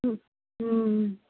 হুম হুম